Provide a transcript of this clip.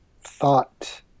thought